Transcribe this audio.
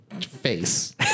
Face